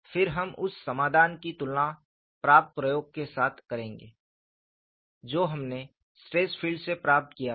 फिर हम उस समाधान की तुलना प्राप्त प्रयोगों के साथ करेंगे जो हमने स्ट्रेस फील्ड से प्राप्त किया था